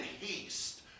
haste